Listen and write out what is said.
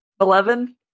Eleven